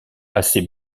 assez